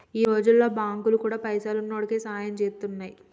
ఈ రోజుల్ల బాంకులు గూడా పైసున్నోడికే సాయం జేత్తున్నయ్